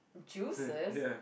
juices